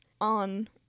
on